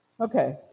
Okay